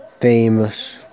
famous